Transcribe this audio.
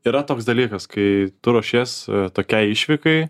yra toks dalykas kai tu ruošies tokiai išvykai